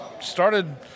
started